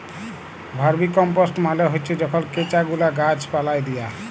vermicompost মালে হছে যখল কেঁচা গুলা গাহাচ পালায় দিয়া